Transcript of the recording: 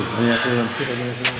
טוב, אני יכול להמשיך, אדוני היושב-ראש?